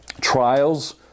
Trials